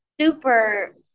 Super